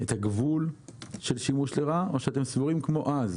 את הגבול של שימוש לרעה או שאתם סבורים כמו אז?